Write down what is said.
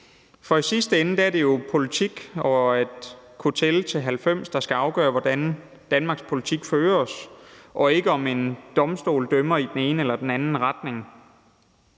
For i sidste ende er det jo politik og det at kunne tælle til 90, der skal afgøre, hvor Danmarks politik fører os hen, og ikke det, at en domstol dømmer i den ene eller den anden retning.